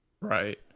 Right